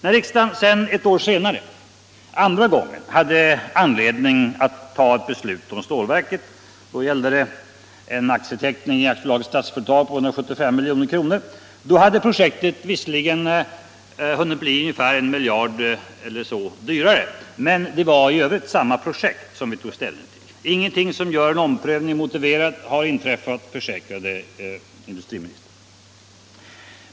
När riksdagen ett år senare andra gången hade anledning att fatta ett beslut om stålverket — då gällde det en aktieteckning i Statsföretag AB på 175 milj.kr. — hade projektet visserligen hunnit bli en miljard eller mer dyrare, men det var i övrigt samma projekt vi tog ställning till. Ingenting som gör en omprövning motiverad har inträffat, försäkrade industriministern.